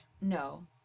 no